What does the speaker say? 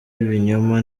ibinyoma